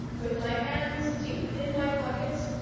with my hands deep in my pockets,